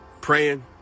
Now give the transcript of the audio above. praying